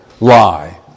lie